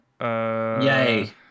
Yay